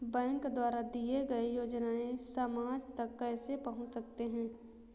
Bank द्वारा दिए गए योजनाएँ समाज तक कैसे पहुँच सकते हैं?